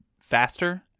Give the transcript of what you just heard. Faster